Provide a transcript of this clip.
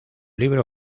libro